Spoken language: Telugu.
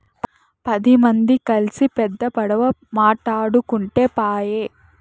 పది మంది కల్సి పెద్ద పడవ మాటాడుకుంటే పాయె